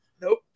Nope